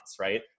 right